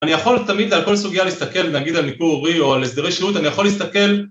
אני יכול תמיד על כל סוגיה להסתכל, נגיד על ניכור הורי או על הסדרי שהות, אני יכול להסתכל